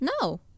No